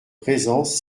présence